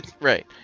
Right